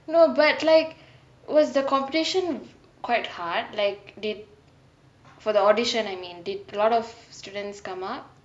no but like was the competition quite hard like did for the audition I mean did a lot of students come up